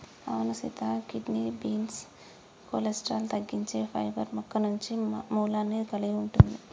అవును సీత kidney beans cholesterol తగ్గించే పైబర్ మొక్క మంచి మూలాన్ని కలిగి ఉంటుంది